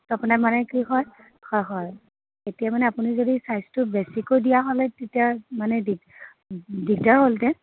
আপোনাৰ মানে কি হয় হয় হয় এতিয়া মানে আপুনি যদি ছাইজটো বেছিকৈ দিয়া হ'লে তেতিয়া মানে দিগ দিগদাৰ হ'লহেঁতেনে